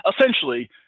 essentially